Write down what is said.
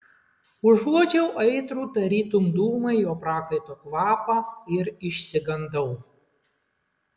užuodžiau aitrų tarytum dūmai jo prakaito kvapą ir išsigandau